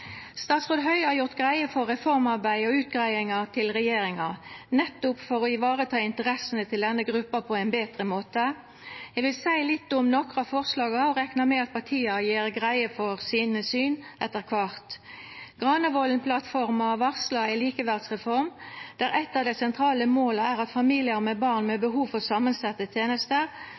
Statsråd Høie har gjort greie for reformarbeidet og utgreiinga til regjeringa nettopp for å vareta interessene til denne gruppa på ein betre måte. Eg vil seia litt om nokre av forslaga og reknar med at partia gjer greie for sine syn etter kvart. Granavolden-plattforma varsla ei likeverdsreform, der eitt av dei sentrale måla er at familiar med barn med behov for samansette tenester